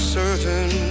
certain